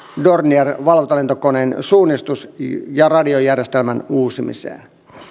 dornier valvontalentokoneen suunnistus ja radiojärjestelmän uusimiseen